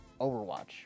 Overwatch